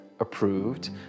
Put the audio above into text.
approved